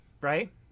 right